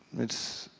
it's,